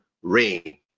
rain